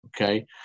okay